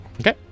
Okay